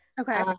Okay